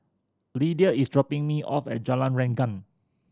Lidia is dropping me off at Jalan Rengkam